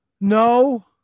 No